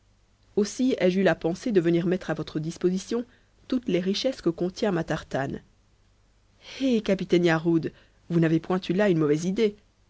aussi ai-je eu la pensée de venir mettre à votre disposition toutes les richesses que contient ma tartane eh capitaine yarhud vous n'avez point eu là une mauvaise idée